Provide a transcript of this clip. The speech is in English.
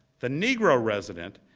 the negro resident,